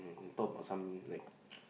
talk about some like